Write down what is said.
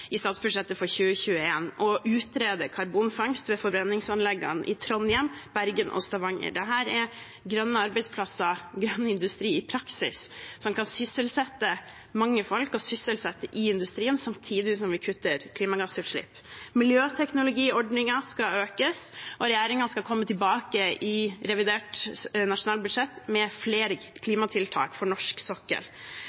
i statsbudsjettet for 2021 og utrede karbonfangst ved forbrenningsanleggene i Trondheim, Bergen og Stavanger. Dette er grønne arbeidsplasser og grønn industri i praksis, som kan sysselsette mange i industrien, samtidig som vi kutter klimagassutslipp. Miljøteknologiordningen skal økes, og regjeringen skal i revidert nasjonalbudsjett komme tilbake med flere